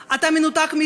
מנותק,